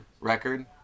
record